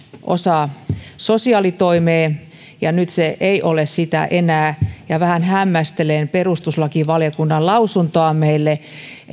osa sosiaalitoimea ja nyt se ei ole sitä enää ja vähän hämmästelen perustuslakivaliokunnan lausuntoa meille